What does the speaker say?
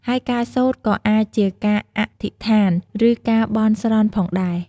ហើយការសូត្រក៏អាចជាការអធិដ្ឋាន ឬការបន់ស្រន់ផងដែរ។